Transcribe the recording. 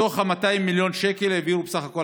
מתוך ה-200 מיליון שקל הביאו בסך הכול